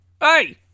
Hey